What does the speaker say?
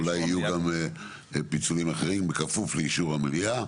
אולי יהיו גם פיצולים אחרים כפוף לאישור המליאה.